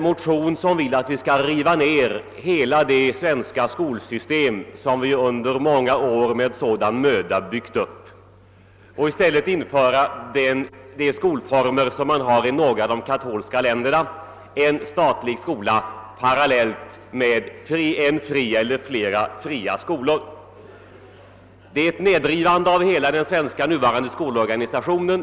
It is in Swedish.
Man vill att vi skall riva ned hela det svenska skolsystemet, som vi under många år med sådan möda byggt upp, och i stället införa en skolform som finns i några av de katolska länderna, en statlig skola parallell med en eller flera fria skolor. Det innebär ett nedrivande av hela den nuvarande svenska skolorganisationen.